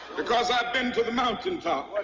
because i've been to the mountaintop.